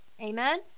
Amen